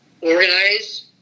Organize